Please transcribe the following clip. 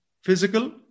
physical